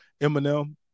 Eminem